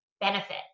benefit